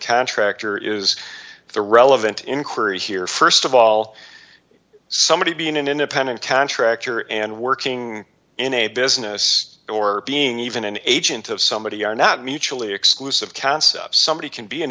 contractor is the relevant inquiry here st of all somebody being an independent contractor and working in a business or being even an agent of somebody are not mutually exclusive concepts somebody can be an